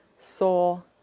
soul